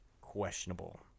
questionable